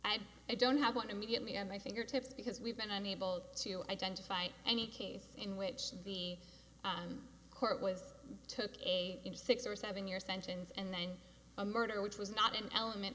i'd i don't have one immediately at my fingertips because we've been unable to identify any case in which to be court was took a six or seven year sentence and then a murder which was not an element